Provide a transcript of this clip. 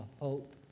hope